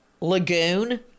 Lagoon